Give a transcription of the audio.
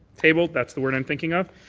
tabled. that's the word i'm thinking of.